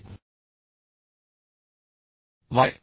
I Y